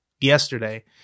yesterday